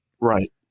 right